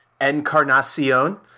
Encarnacion